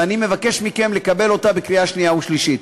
ואני מבקש מכם לקבל אותה בקריאה שנייה ושלישית.